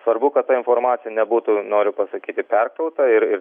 svarbu kad ta informacija nebūtų noriu pasakyti perkrauta ir ir